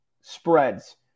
spreads